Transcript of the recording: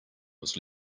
was